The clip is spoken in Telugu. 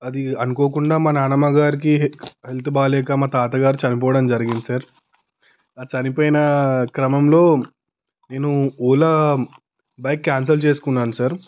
అది అనుకోకుండా మా నాన్నమ్మ గారికి హెల్త్ బాగోలేక మా తాతగారు చనిపోవడం జరిగింది సార్ ఆ చనిపోయిన క్రమంలో నేను ఓలా బైక్ క్యాన్సల్ చేసుకున్నాను సార్